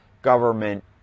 Government